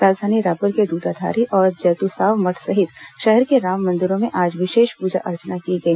राजधानी रायपुर के दूधाधारी और जैतुसाव मठ सहित शहर के राम मंदिरों में आज विशेष पूजा अर्चना की गई